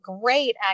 great